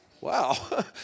wow